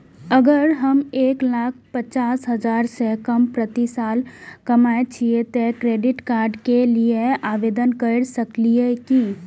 अगर हम एक लाख पचास हजार से कम प्रति साल कमाय छियै त क्रेडिट कार्ड के लिये आवेदन कर सकलियै की?